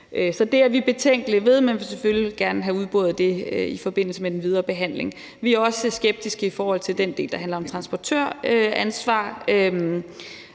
Så det er vi betænkelige ved, men vi vil selvfølgelig gerne have udboret det i forbindelse med den videre behandling. Vi er også skeptiske i forhold til den del, der handler om transportøransvar,